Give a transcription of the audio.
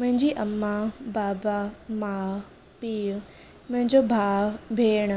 मुंहिंजी अमा बाबा माउ पीउ मुंहिंजो भाउ भेण